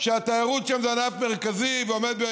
עדיין יש נזקים.